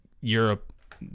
Europe